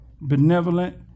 benevolent